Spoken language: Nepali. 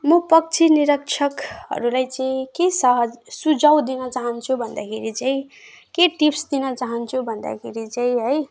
म पक्षी निरीक्षकहरूलाई चाहिँ के साज् सुझाउ दिन चाहन्छु भन्दाखेरि चाहिँ के टिप्स दिन चाहन्छु भन्दाखेरि चाहिँ है